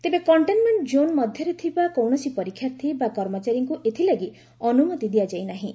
ତେବେ containment zone ମଧ୍ୟରେ ଥିବା କୌଣସି ପରୀକ୍ଷାର୍ଥୀ ବା କର୍ମଚାରୀଙ୍କୁ ଏଥିଲାଗି ଅନୁମତି ଦିଆଯାଇ ନାହିଁ